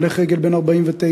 הולך רגל בן 49,